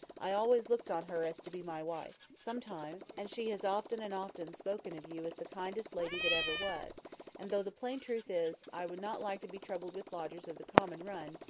i always looked on her as to be my wife some time and she has often and often spoken of you as the kindest lady that ever was and though the plain truth is, i would not like to be troubled with lodgers of the common run,